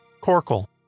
Corkle